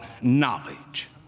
knowledge